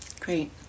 Great